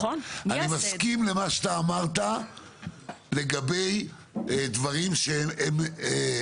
אני מסכים על מה שאתה אמרת לגבי דברים שהם